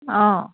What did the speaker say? অঁ